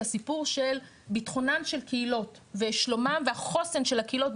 הסיפור של ביטחונן של קהילות ושלומן והחוסן של הקהילות,